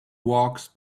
walks